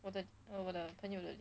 我的我的朋友的